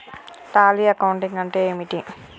Tally accounting అంటే ఏమిటి?